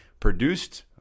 produced